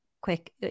quick